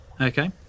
Okay